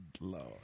Lord